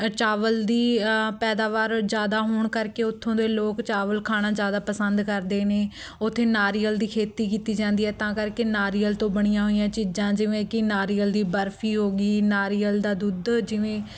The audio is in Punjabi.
ਚਾਵਲ ਦੀ ਪੈਦਾਵਾਰ ਜ਼ਿਆਦਾ ਹੋਣ ਕਰਕੇ ਉੱਥੋਂ ਦੇ ਲੋਕ ਚਾਵਲ ਖਾਣਾ ਜ਼ਿਆਦਾ ਪਸੰਦ ਕਰਦੇ ਨੇ ਉੱਥੇ ਨਾਰੀਅਲ ਦੀ ਖੇਤੀ ਕੀਤੀ ਜਾਂਦੀ ਹੈ ਤਾਂ ਕਰਕੇ ਨਾਰੀਅਲ ਤੋਂ ਬਣੀਆਂ ਹੋਈਆਂ ਚੀਜ਼ਾਂ ਜਿਵੇਂ ਕਿ ਨਾਰੀਅਲ ਦੀ ਬਰਫ਼ੀ ਹੋ ਗਈ ਨਾਰੀਅਲ ਦਾ ਦੁੱਧ ਜਿਵੇਂ